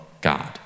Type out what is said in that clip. God